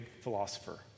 philosopher